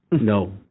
No